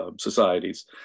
societies